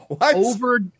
over